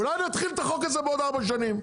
אולי אני אתחיל את החוק הזה בעוד ארבע שנים?